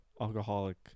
Alcoholic